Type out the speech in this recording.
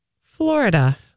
Florida